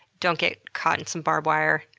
don't get caught in some barbed wire,